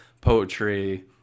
poetry